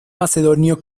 macedonio